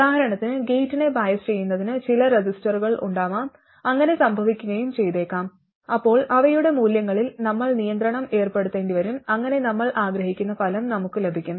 ഉദാഹരണത്തിന് ഗേറ്റിനെ ബയസ് ചെയ്യുന്നതിന് ചില റെസിസ്റ്ററുകൾ ഉണ്ടാവാം അങ്ങനെ സംഭവിക്കുകയും ചെയ്തേക്കാം അപ്പോൾ അവയുടെ മൂല്യങ്ങളിൽ നമ്മൾ നിയന്ത്രണം ഏർപ്പെടുത്തേണ്ടിവരും അങ്ങനെ നമ്മൾ ആഗ്രഹിക്കുന്ന ഫലം നമുക്ക് ലഭിക്കും